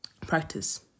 practice